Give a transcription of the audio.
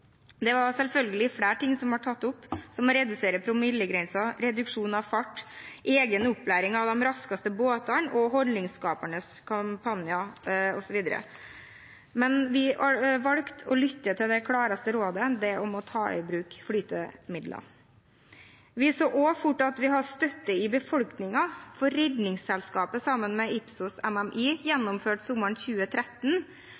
Det var selvfølgelig flere ting som ble tatt opp, som å redusere promillegrensen, reduksjon av fart, egen opplæring til de raskeste båtene, holdningsskapende kampanjer osv. Men vi valgte å lytte til det klareste rådet, det om å ta i bruk flytemidler. Vi så også fort at vi har støtte i befolkningen, for Redningsselskapet, sammen med Ipsos MMI, gjennomførte sommeren 2013